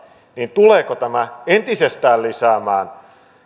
tuleeko tämä entisestään lisäämään